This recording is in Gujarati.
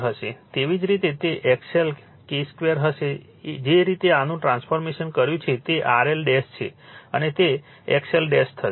તેવી જ રીતે તે XL K2 હશે જે રીતે આનું ટ્રાન્સફોર્મેશન કર્યું છે તે RL છે અને તે XL થશે